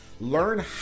Learn